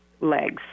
legs